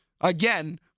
Again